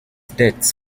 debts